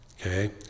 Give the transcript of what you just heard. Okay